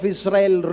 Israel